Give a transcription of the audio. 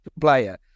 player